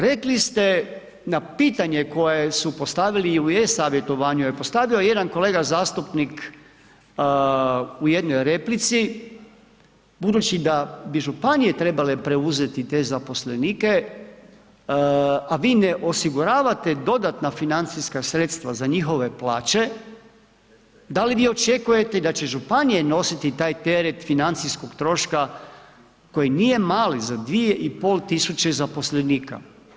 Rekli ste, na pitanja koja su postavili i u e-savjetovanju je postavio jedan kolega zastupnik u jednoj replici, budući da bi županije trebale preuzeti te zaposlenike a vi ne osiguravate dodatna financijska sredstva za njihove plaće, da li vi očekujete da će županije nositi taj teret financijskog troška koji nije mali za 2,5 tisuće zaposlenika.